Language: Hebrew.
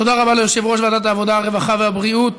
תודה רבה ליושב-ראש ועדת העבודה, הרווחה והבריאות.